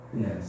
Yes